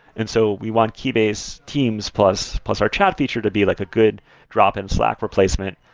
and so we want keybase teams plus plus our chat feature to be like a good drop and slack replacement,